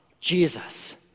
jesus